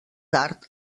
tard